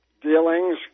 dealings